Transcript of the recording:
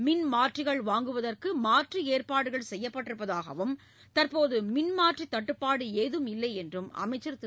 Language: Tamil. மின்மாற்றிகள் வாங்குவதற்கு மாற்று ஏற்பாடுகள் செய்யப்பட்டிருப்பதாகவும் தற்போது மின் மாற்றி தட்டுப்பாடு ஏதுமில்லை என்றும் அமைச்சர் திரு